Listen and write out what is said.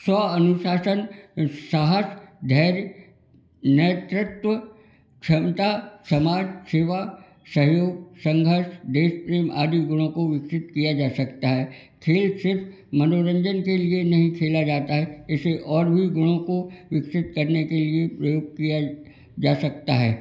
स्वअनुशासन अ साहस धैर्य नेतृत्व क्षमता समाज सेवा सहयोग संघर्ष देश प्रेम आदि गुणों को विकसित किया जा सकता है खेल सिर्फ मनोरंजन के लिए नहीं खेला जाता है इसे और भी गुणों को विकसित करने के लिए प्रयोग किया जा सकता है